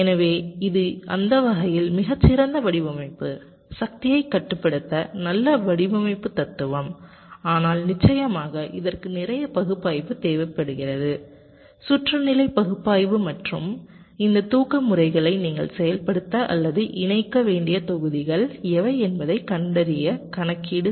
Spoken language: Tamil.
எனவே இது அந்த வகையில் மிகச் சிறந்த வடிவமைப்பு சக்தியைக் கட்டுப்படுத்த நல்ல வடிவமைப்பு தத்துவம் ஆனால் நிச்சயமாக இதற்கு நிறைய பகுப்பாய்வு தேவைப்படுகிறது சுற்று நிலை பகுப்பாய்வு மற்றும் இந்த தூக்க முறைகளை நீங்கள் செயல்படுத்த அல்லது இணைக்க வேண்டிய தொகுதிகள் எவை என்பதைக் கண்டறிய கணக்கீடு